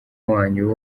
wanyu